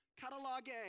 Catalogue